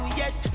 yes